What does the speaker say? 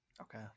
Okay